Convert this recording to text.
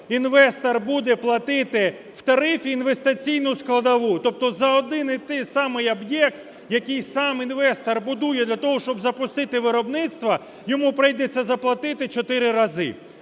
інвестор буде платити в тарифі інвестиційну складову. Тобто за один і той самий об'єкт, який сам інвестор будує, для того, щоб запустити виробництво, йому прийдеться заплатити чотири